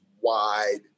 wide